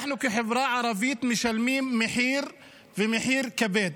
אנחנו כחברה ערבית משלמים מחיר ומחיר כבד.